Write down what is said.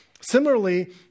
Similarly